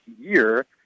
year